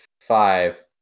five